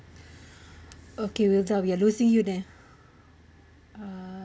okay we'll tell we are losing you then err